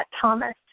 Thomas